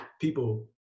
people